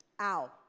Ow